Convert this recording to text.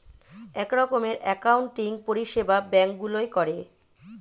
এক রকমের অ্যাকাউন্টিং পরিষেবা ব্যাঙ্ক গুলোয় করে